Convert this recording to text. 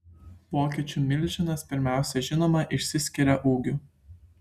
vokiečių milžinas pirmiausia žinoma išsiskiria ūgiu